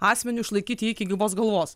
asmeniu išlaikyti iki gyvos galvos